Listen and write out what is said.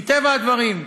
מטבע הדברים,